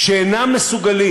שאינם מסוגלים,